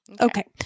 Okay